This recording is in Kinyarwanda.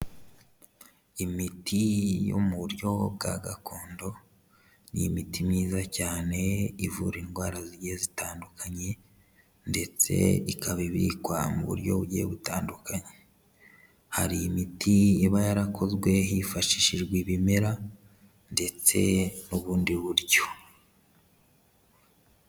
Imiti yo mu buryo bwa gakondo, ni imiti myiza cyane ivura indwara zigiye zitandukanye ndetse ikaba ibikwa mu buryo bugiye butandukanye, hari imiti iba yarakozwe hifashishijwe ibimera ndetse n'ubundi buryo.